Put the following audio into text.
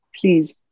please